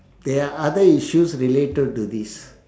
there are other issues related to this